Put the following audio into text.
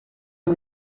ubu